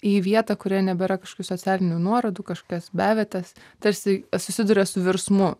į vietą kurioje nebėra kažkokių socialinių nuorodų kažkokias bevietes tarsi susiduria su virsmu